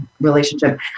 relationship